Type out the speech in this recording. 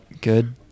good